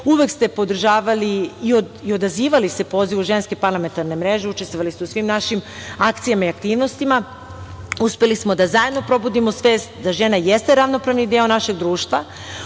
Uvek ste podržavali i odazivali se pozivu Ženske parlamentarne mreže, učestvovali ste u svim našim akcijama i aktivnostima. Uspeli smo da zajedno probudimo svest da žena jeste ravnopravni deo našeg društva. Ono